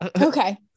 Okay